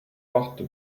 porte